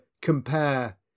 compare